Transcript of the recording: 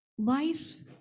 Life